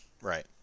Right